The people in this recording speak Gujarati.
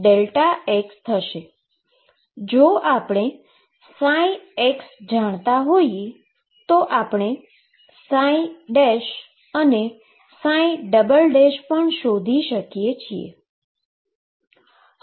જો આપણે x જાણતા હોઈએ તો આપણે અને શોધી શકીએ છીએ